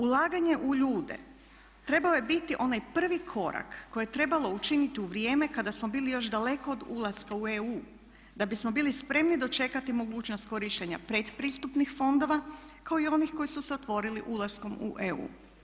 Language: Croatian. Ulaganje u ljude trebao je biti onaj prvi korak koji je trebalo učiniti u vrijeme kada samo bili još daleko od ulaska u EU da bismo bili spremni dočekati mogućnost korištenja pretpristupnih fondova kao i onih koji su se otvorili ulaskom u EU.